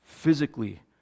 physically